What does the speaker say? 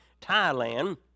Thailand